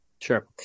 Sure